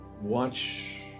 Watch